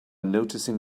noticing